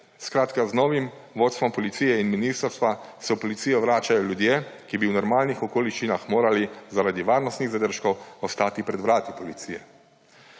z novim vodstvom policije in ministrstva se v policijo vračajo ljudje, ki bi v normalnih okoliščinah morali zaradi varnostnih zadržkov ostati pred vrati policije.